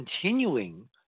continuing